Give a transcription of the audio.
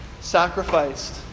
sacrificed